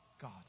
God